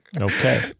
Okay